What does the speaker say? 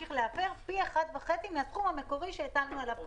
ממשיך להפר פי 1.5 מהסכום המקורי שהטלנו עליו קודם.